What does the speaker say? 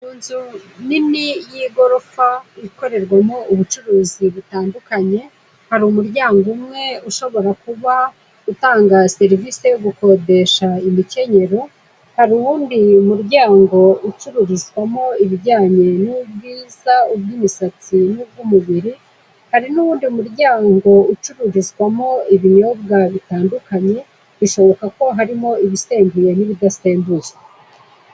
Ubwo wibajije ikoranabuhanga ni byiza cyane kuko nanone ukugira ubunebwe ntabwo ujya uva mu rugo ngo ubashe kutemberera n'ahantu dutuye uko hameze ariko nanone birafasha niyo unaniwe ntabwo ushobora kuva iwanyu unaniwe cyangwa utashye bwije ngo ujye ku isoko guhaha. Nkuko ubibone iki ni ikirango kerekana imyenda y'iminyarwanda n'inkweto zikorerwa mu rwanda nawe wabyihangira